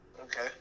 Okay